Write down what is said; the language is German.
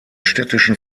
städtischen